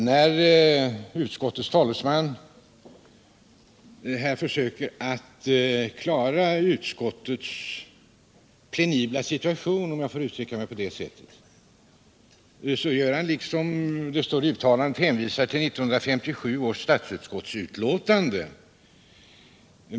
När utskottets talesman försöker klara utskottets penibla situation —om jag får uttrycka mig på det sättet — så hänvisar han i likhet med vad som står i utskottsbetänkandet till 1957 års utlåtande från statsutskottet.